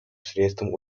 средством